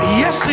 yes